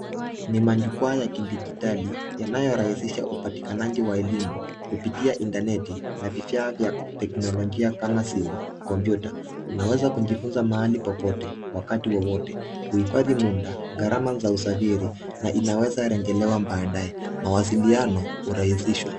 Ni majukwaa ya kidijitali yanayoahisisha upatikanaji wa elimu kupitia intaneti na vifaa vya kiteknolojia kama simu, kompyuta unaweza kujifunza mahali popote wakati wowote. Huifadhi muda, garama za usafiri na inaweza rejelewa baadae mawasiliano hurahisishwa.